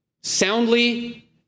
soundly